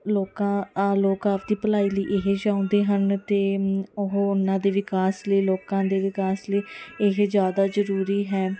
ਲੋਕਾਂ ਲੋਕ ਆਪਦੀ ਭਲਾਈ ਲਈ ਇਹ ਚਾਹੁੰਦੇ ਹਨ ਅਤੇ ਉਹ ਉਹਨਾਂ ਦੇ ਵਿਕਾਸ ਲਈ ਲੋਕਾਂ ਦੇ ਵਿਕਾਸ ਲਈ ਇਹ ਜ਼ਿਆਦਾ ਜਰੂਰੀ ਹੈ